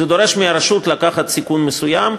זה דורש מהרשות לקחת סיכון מסוים.